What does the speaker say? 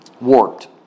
Warped